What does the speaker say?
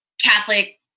Catholic